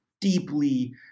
deeply